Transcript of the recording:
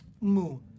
Moon